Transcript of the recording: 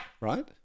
right